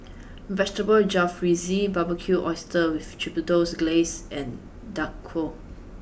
Vegetable Jalfrezi Barbecued Oysters with Chipotle Glaze and Dhokla